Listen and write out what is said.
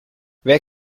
wer